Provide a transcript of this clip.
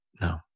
no